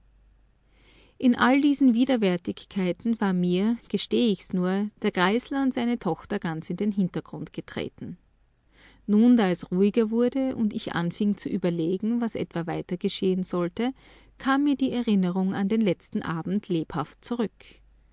in all diesen widerwärtigkeiten war mir gestehe ich's nur der griesler und seine tochter ganz in den hintergrund getreten nun da es ruhiger wurde und ich anfing zu überlegen was etwa weiter geschehen sollte kam mir die erinnerung an den letzten abend lebhaft zurück